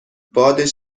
باد